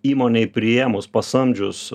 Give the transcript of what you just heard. įmonei priėmus pasamdžius